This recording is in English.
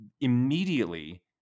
immediately